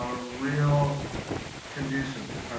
ah real conducive.